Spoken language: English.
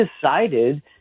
decided